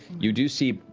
you do see,